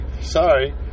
sorry